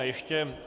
Ještě...